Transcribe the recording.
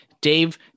Dave